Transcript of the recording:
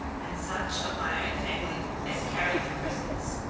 and such of my own family as carried the presents.